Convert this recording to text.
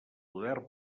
poder